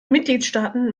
mitgliedstaaten